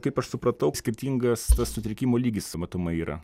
kaip aš supratau skirtingas sutrikimo lygis matomai yra